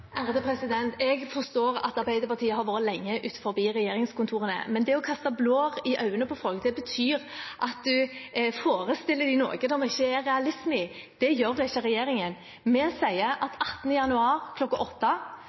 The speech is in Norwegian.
Jeg forstår at Arbeiderpartiet har vært lenge utenfor regjeringskontorene. Men det å kaste blår i øynene på folk betyr at man forespeiler dem noe som det ikke er realisme i. Det gjør ikke regjeringen. Vi sier at den 18. januar klokka